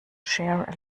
share